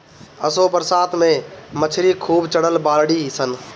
असो बरसात में मछरी खूब चढ़ल बाड़ी सन